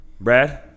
Brad